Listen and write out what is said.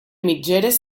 mitgeres